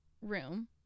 room